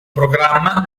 programma